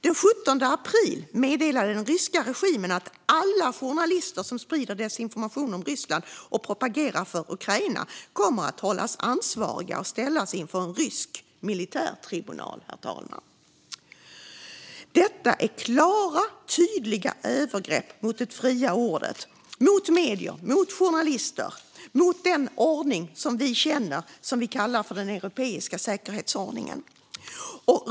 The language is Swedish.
Den 17 april meddelade den ryska regimen att alla journalister som sprider desinformation om Ryssland och propagerar för Ukraina kommer att hållas ansvariga och ställas inför en rysk militärtribunal, herr talman. Detta är klara, tydliga övergrepp mot det fria ordet, mot medier, mot journalister och mot den ordning som vi känner och kallar för den europeiska säkerhetsordningen.